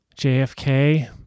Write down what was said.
JFK